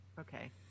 Okay